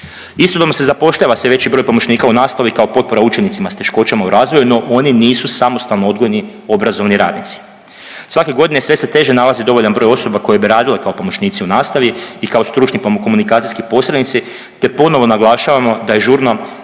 Istodobno se zapošljava sve veći broj pomoćnika u nastavi kao potpora učenicima s teškoćama u razvoju no oni nisu samostalno odgojni obrazovni radnici. Svake godine sve se teže nalazi dovoljan broj osoba koje bi radile kao pomoćnici u nastavi i kao stručni komunikacijski posrednici te ponovo naglašavamo da je žurno